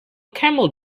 camel